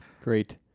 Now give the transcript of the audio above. Great